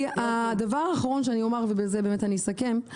הדבר האחרון שאני אומר, ובזה אני אסכם.